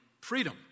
freedom